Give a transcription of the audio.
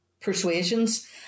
persuasions